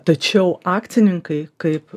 tačiau akcininkai kaip